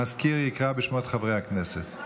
המזכיר יקרא בשמות חברי הכנסת.